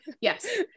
yes